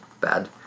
bad